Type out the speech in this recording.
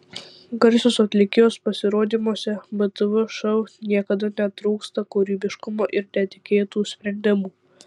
garsios atlikėjos pasirodymuose btv šou niekada netrūksta kūrybiškumo ir netikėtų sprendimų